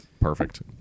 perfect